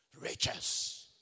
Riches